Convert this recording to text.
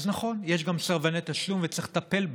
אז נכון, יש גם סרבני תשלום, וצריך לטפל בהם.